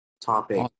topic